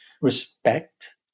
respect